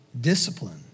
discipline